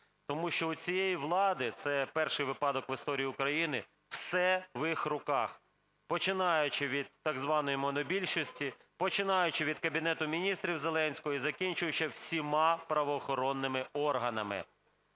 Тому що у цієї влади, це перший випадок в історії України, все в їх руках, починаючи від так званої монобільшості, починаючи від Кабінету Міністрів Зеленського і закінчуючи всіма правоохоронними органами.